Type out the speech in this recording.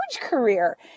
career